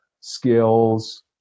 skills